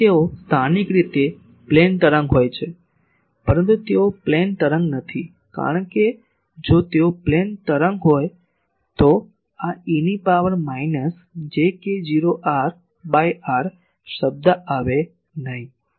તેથી તેઓ સ્થાનિક રીતે પ્લેન તરંગ હોય છે પરંતુ તેઓ પ્લેન તરંગ નથી કારણ કે જો તેઓ પ્લેન તરંગ હોય તો આ eની power minus j k0 r by r શબ્દ આવે નહીં